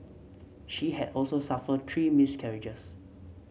she had also suffered three miscarriages